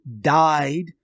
died